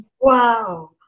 Wow